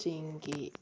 ꯆꯤꯡꯒꯤ